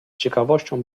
ciekawością